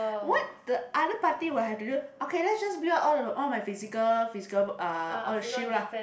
what the other party will have to do okay let's just build up all the all my physical physical uh all the shield lah